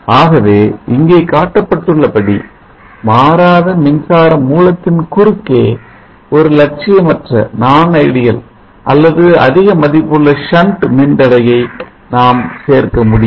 ஆகவே இங்கே காட்டப்பட்டுள்ள படி மாறாத மின்சார மூலத்தின் குறுக்கே ஒரு லட்சிய மற்ற அல்லது அதிக மதிப்புள்ள சன்ட் மின்தடையை நாம் சேர்க்க முடியும்